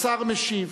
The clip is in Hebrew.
השר משיב.